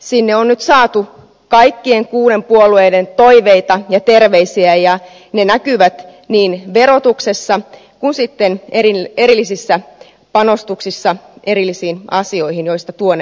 sinne on nyt saatu kaikkien kuuden puolueen toiveita ja terveisiä ja ne näkyvät niin verotuksessa kuin erillisissä panostuksissa erillisiin asioihin joista tuonnempana